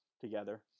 together